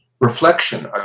Reflection